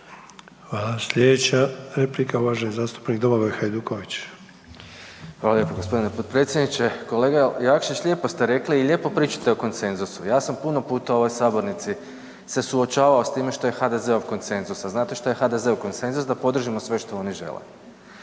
Hvala. Sljedeća replika uvaženi zastupnik Domagoj Hajduković. **Hajduković, Domagoj (SDP)** Hvala lijepo g. potpredsjedniče. Kolega Jakšić, lijepo ste rekli i lijepo pričate o konsenzusu. Ja sam puno puta u ovoj sabornici se suočavao s time što je HDZ-ov konsenzus, a znate što je HDZ-u konsenzus? Da podržimo sve što oni žele.